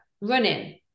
running